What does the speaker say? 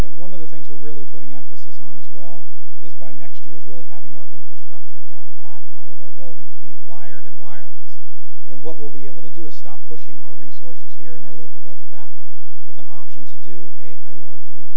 and one of the things are really putting emphasis on as well is by next year's really having our infrastructure down pat and all of our buildings be it wired and wireless and what will be able to do is stop pushing our resources here in our local budget that way with an option to do and i largely